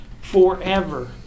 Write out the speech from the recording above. forever